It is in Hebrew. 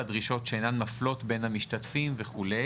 דרישות שאינן מפלות בין המשתתפים וכו'.